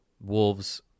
Wolves